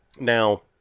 now